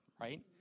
right